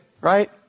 right